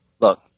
look